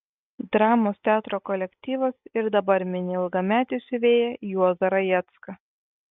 dramos teatro kolektyvas ir dabar mini ilgametį siuvėją juozą rajecką